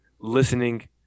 listening